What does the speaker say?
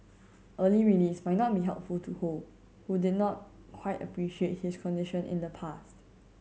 early release might not be helpful to Ho who did not quite appreciate his condition in the past